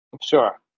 Sure